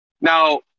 Now